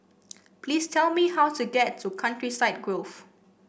please tell me how to get to Countryside Grove